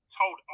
told